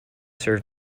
served